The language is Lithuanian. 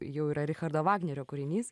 jau yra richardo vagnerio kūrinys